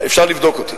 אפשר לבדוק אותי.